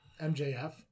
MJF